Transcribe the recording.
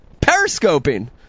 Periscoping